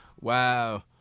Wow